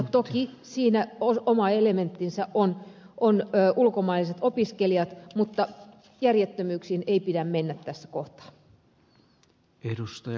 toki siinä oma elementtinsä ovat ulkomaiset opiskelijat mutta järjettömyyksiin ei pidä mennä tässä kohtaa